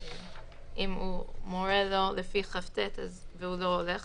אם הוא מורה לו לפי כט והוא לא הולך,